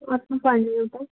अँट्नु पर्ने एउटा अब